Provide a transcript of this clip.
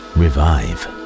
revive